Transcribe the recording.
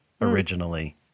originally